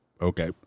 okay